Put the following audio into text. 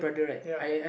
ya